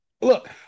Look